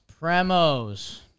Premos